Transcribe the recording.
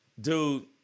Dude